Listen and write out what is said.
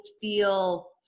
feel